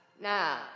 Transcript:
Now